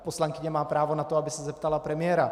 Poslankyně má právo na to, aby se zeptala premiéra.